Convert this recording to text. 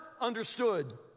understood